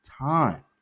time